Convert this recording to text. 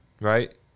right